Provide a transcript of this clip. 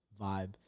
vibe